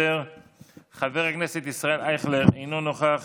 חבר הכנסת מנסור עבאס, אינו נוכח,